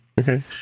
Okay